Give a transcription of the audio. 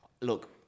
Look